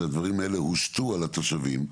שדברים אלה הושתו על התושבים,